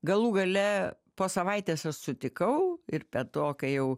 galų gale po savaitės aš sutikau ir be to kai jau